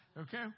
Okay